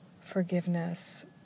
forgiveness